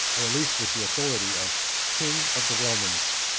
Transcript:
or at least with the authority, of king of the romans.